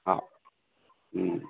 औ